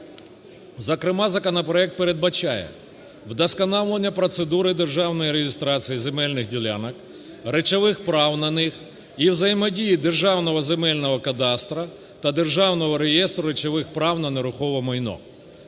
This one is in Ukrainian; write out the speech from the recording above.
Зокрема, законопроект передбачає вдосконалення процедури державної реєстрації земельних ділянок, речових прав на них і взаємодію Державного земельного кадастру та Державного реєстру речових прав на нерухоме майно,